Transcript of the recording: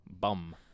bum